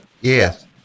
Yes